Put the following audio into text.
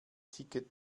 ticket